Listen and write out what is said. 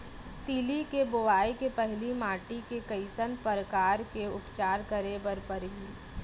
तिलि के बोआई के पहिली माटी के कइसन प्रकार के उपचार करे बर परही?